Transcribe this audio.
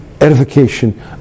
edification